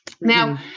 Now